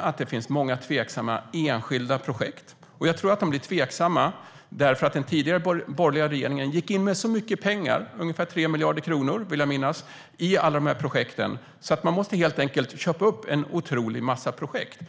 att det finns många tveksamma enskilda projekt. Jag tror att de blir tveksamma för att den tidigare borgerliga regeringen gick in med så mycket pengar - jag vill minnas att det var ungefär 3 miljarder kronor - i alla de här projekten. Man måste helt enkelt köpa upp en otrolig massa projekt.